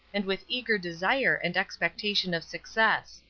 and with eager desire and expectation of success.